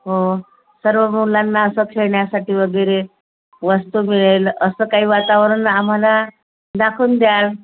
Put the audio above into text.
हो सर्व मुलांना असं खेळण्यासाठी वगैरे वस्तू मिळेल असं काही वातावरण आम्हाला दाखवून द्याल